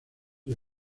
les